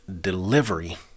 delivery